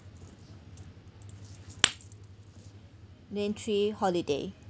domain three holiday